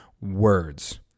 words